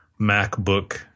MacBook